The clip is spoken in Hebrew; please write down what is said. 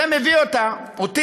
זה מביא אותי,